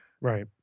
Right